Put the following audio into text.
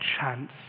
chance